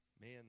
man